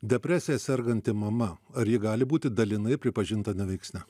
depresija serganti mama ar ji gali būti dalinai pripažinta neveiksnia